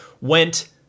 went